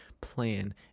plan